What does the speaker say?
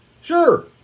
Sure